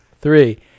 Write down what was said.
three